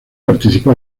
participó